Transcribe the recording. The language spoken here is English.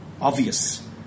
obvious